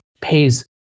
pays